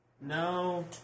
No